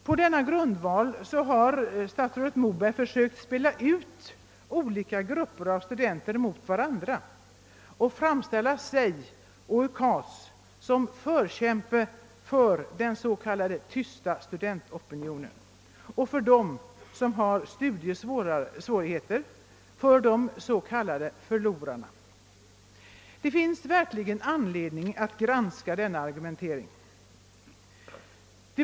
På denna grundval har statsrådet Moberg försökt spela ut olika grupper av studenter mot varandra och framställa sig som förkämpe — alltså genom UKAS — för »den tysta studentopinionen», för dem som har studiesvårigheter, för »förlorarna». Det finns verkligen anledning att granska denna argumentering.